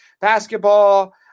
basketball